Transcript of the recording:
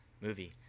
movie